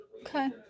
Okay